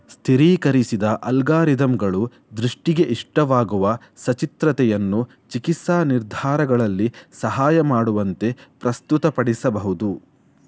ಸ್ಥಿರೀಕರಿಸಿದ ಅಲ್ಗಾರಿದಮ್ಗಳು ದೃಷ್ಟಿಗೆ ಇಷ್ಟವಾಗುವ ಸಚಿತ್ರತೆಯನ್ನು ಚಿಕಿತ್ಸಾ ನಿರ್ಧಾರಗಳಲ್ಲಿ ಸಹಾಯ ಮಾಡುವಂತೆ ಪ್ರಸ್ತುತಪಡಿಸಬಹುದು